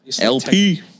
LP